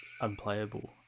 unplayable